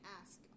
ask